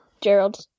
Gerald